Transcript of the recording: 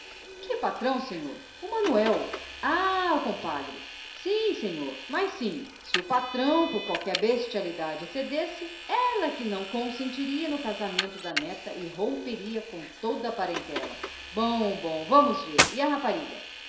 que patrão senhor seu manuel o pai ah o compadre sim senhor mas se o patrão por qualquer aquela cedesse ela é que não consentiria no casamento da neta e romperia com o genro bom bom vamos bem e a rapariga